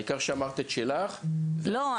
העיקר שאמרת את שלך --- לא,